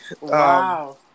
Wow